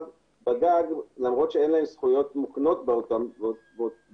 בגג למרות שאין להם זכויות מוקנות בגג,